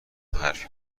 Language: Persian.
حرفی